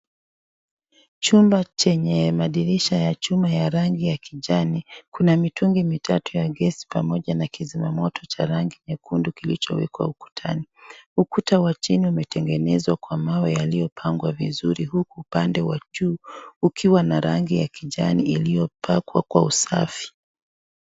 Chumba chenye madirisha ya chuma yenye rangi ya kijani. Kuna mitungi mitatu ya gesi pamoja na kizimamoto cha rangi nyekundu kilichowekwa ukutani. Ukuta wa chini umetengenezwa kwa mawe iliyopangwa vizuri huku upande wa juu ukiwa na rangi ya kijani iliyopakwa kwa usafi.